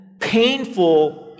painful